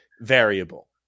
variable